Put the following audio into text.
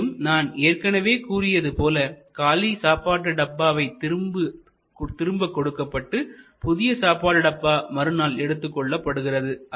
மேலும் நான் ஏற்கனவே கூறியது போல காலி சாப்பாட்டு டப்பா திரும்ப கொடுக்கப்பட்டு புதிய சாப்பாடு டப்பா மறுநாள் எடுத்துக்கொள்ளப்படுகிறது